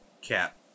Cap